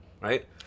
right